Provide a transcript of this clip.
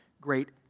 great